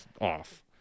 off